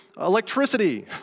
electricity